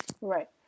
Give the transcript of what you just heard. Right